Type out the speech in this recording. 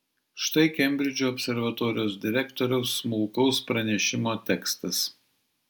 štai kembridžo observatorijos direktoriaus smulkaus pranešimo tekstas